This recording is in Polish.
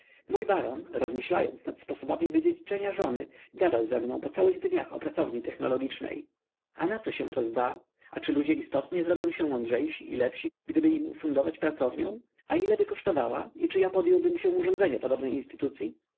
mój baron rozmyślając nad sposobami wydziedziczenia żony gadał ze mną po całych dniach o pracowni technologicznej a naco się to zda a czy ludzie istotnie zrobią się mądrzejsi i lepsi gdyby im ufundować pracownią a ileby kosztowała i czy ja podjąłbym się urządzenia podobnej instytucyi